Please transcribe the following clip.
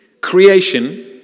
creation